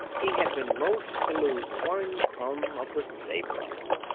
he had been loath to lose one crumb of the savor of it.